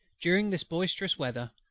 during this boisterous weather,